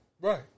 Right